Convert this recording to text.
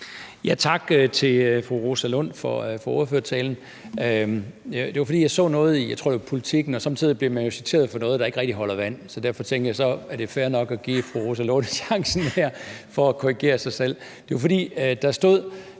Tak til fru Rosa Lund for ordførertalen. Jeg så noget, jeg tror det var i Politiken. Somme tider bliver man jo citeret for noget, der ikke rigtig holder vand. Derfor tænkte jeg, at så er det fair nok at give fru Rosa Lund chancen her for at korrigere sig selv. Der stod